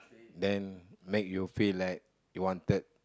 then make you feel like you wanted